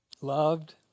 Loved